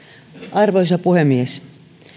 arvoisa puhemies